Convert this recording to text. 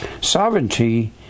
Sovereignty